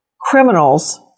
criminals